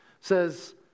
says